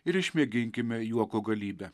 ir išmėginkime juoko galybę